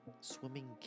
swimming